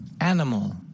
Animal